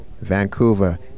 Vancouver